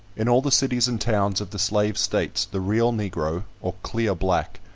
in all the cities and towns of the slave states, the real negro, or clear black,